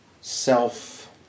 self